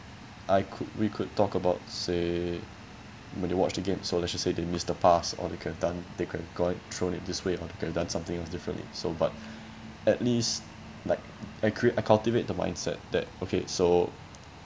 I could we could talk about say when they watch the game so let's just say they missed the pass or the could've done they could go and thrown it this way or they could've done something else differently so but at least like I create I cultivate the mindset that okay so